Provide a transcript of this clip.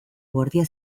guardia